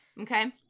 okay